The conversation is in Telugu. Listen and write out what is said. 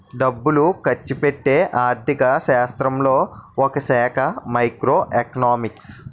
డబ్బులు ఖర్చుపెట్టే ఆర్థిక శాస్త్రంలో ఒకశాఖ మైక్రో ఎకనామిక్స్